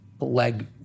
leg